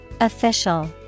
Official